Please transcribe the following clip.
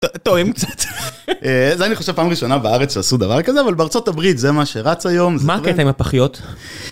טוב, זה אני חושב פעם ראשונה בארץ שעשו דבר כזה אבל בארצות הברית זה מה שרץ היום, מה הקטע עם הפחיות.